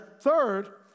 Third